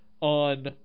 on